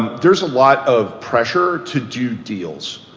there's a lot of pressure to do deals.